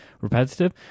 repetitive